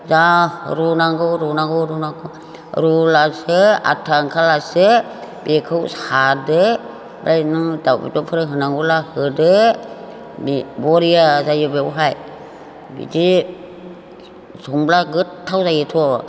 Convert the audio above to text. जा रुनांगौ रुनांगौ रुनांगौ रुब्लासो आथा ओंखारब्लासो बेखौ सादो ओमफ्राय नों दाउ बेदरफोर होनांगौब्ला होदो बरिया जायो बेवहाय बिदि संब्ला गोथाव जायोथ'